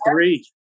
three